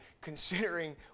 considering